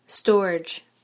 Storage